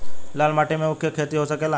लाल माटी मे ऊँख के खेती हो सकेला?